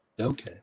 okay